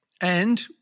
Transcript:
And-